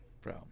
bro